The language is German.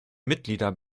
mitglieder